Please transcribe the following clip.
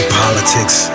politics